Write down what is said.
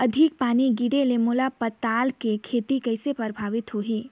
अधिक पानी गिरे ले मोर पताल के खेती कइसे प्रभावित होही?